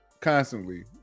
constantly